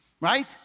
right